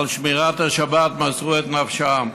שעל שמירת השבת מסרו את נפשם.